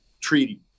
treaty